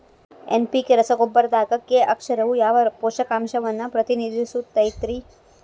NPK ರಸಗೊಬ್ಬರದಾಗ K ಅಕ್ಷರವು ಯಾವ ಪೋಷಕಾಂಶವನ್ನ ಪ್ರತಿನಿಧಿಸುತೈತ್ರಿ?